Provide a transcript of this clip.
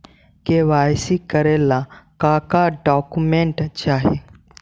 KYC करे ला का का डॉक्यूमेंट चाही?